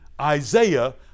Isaiah